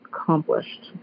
accomplished